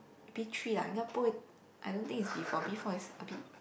B three lah 应该不会 I don't think is B four B four is a bit